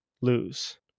lose